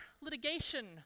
litigation